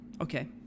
Okay